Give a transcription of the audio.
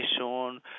Sean